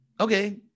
Okay